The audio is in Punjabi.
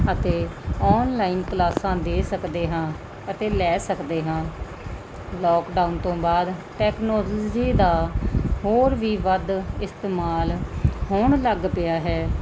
ਅਤੇ ਆਨਲਾਈਨ ਕਲਾਸਾਂ ਦੇ ਸਕਦੇ ਹਾਂ ਅਤੇ ਲੈ ਸਕਦੇ ਹਾਂ ਲੋਕਡਾਊਨ ਤੋਂ ਬਾਅਦ ਟੈਕਨੋਲਜੀ ਦਾ ਹੋਰ ਵੀ ਵੱਧ ਇਸਤੇਮਾਲ ਹੋਣ ਲੱਗ ਪਿਆ ਹੈ